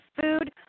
Food